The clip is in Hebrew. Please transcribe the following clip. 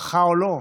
לרוחך או לא,